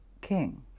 king